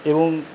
এবং